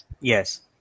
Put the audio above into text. Yes